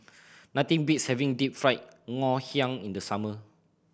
nothing beats having Deep Fried Ngoh Hiang in the summer